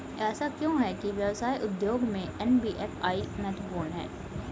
ऐसा क्यों है कि व्यवसाय उद्योग में एन.बी.एफ.आई महत्वपूर्ण है?